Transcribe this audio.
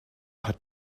hat